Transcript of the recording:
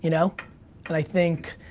you know? and i think,